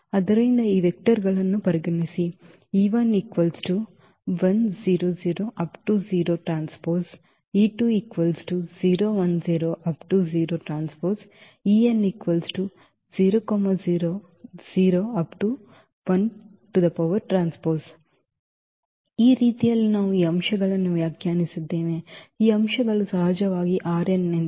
ಆದ್ದರಿಂದ ಈ ವೆಕ್ಟರ್ ಗಳನ್ನು ಪರಿಗಣಿಸಿ ಮತ್ತು ಈ ರೀತಿಯಲ್ಲಿ ನಾವು ಈ ಅಂಶಗಳನ್ನು ವ್ಯಾಖ್ಯಾನಿಸಿದ್ದೇವೆ ಈ ಅಂಶಗಳು ಸಹಜವಾಗಿ ನಿಂದ